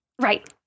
right